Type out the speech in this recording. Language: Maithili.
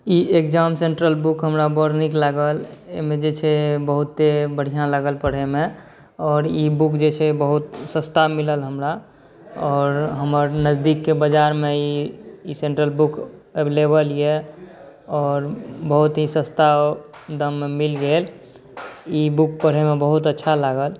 ई एक्जाम सेन्ट्रल बुक हमरा बर नीक लागल एहिमे जे छै बहुते बढ़िऑं लागल पढ़ै मे आओर ई बुक जे छै बहुत सस्ता मिलल हमरा आओर हमर नजदीक के बाजारमे ई सेन्ट्रल बुक एभ्लेबल अछि आओर बहुत ही सस्ता दाममे मिल गेल ई बुक पढैमे बहुत अच्छा लागल